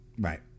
Right